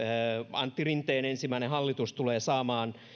antti rinteen ensimmäinen hallitus tulee saamaan